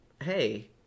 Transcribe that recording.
hey